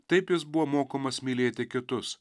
taip jis buvo mokomas mylėti kitus